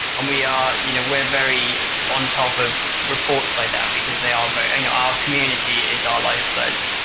um we are you know we're very on top of reports like that, because they are very you know our community is our lifeblood.